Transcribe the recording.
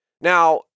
Now